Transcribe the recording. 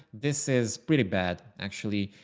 this is pretty bad, actually.